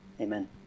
Amen